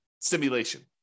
simulation